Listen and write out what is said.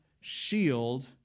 shield